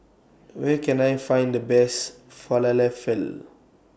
Where Can I Find The Best Falafel